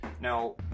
Now